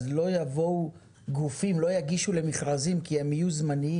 אז גופים לא יגישו למכרזים כי הם יהיו זמניים,